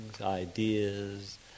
ideas